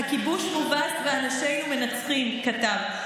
"הכיבוש מובס ואנשינו מנצחים", כתב.